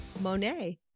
Monet